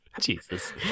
Jesus